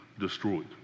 destroyed